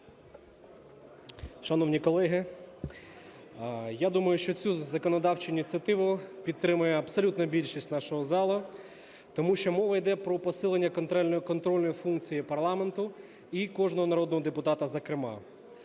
Шановні колеги, я думаю, що цю законодавчу ініціативу підтримує абсолютна більшість нашого залу, тому що мова йде про посилення контрольної функції парламенту, і кожного народного депутата зокрема.